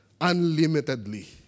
Unlimitedly